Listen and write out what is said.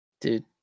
Dude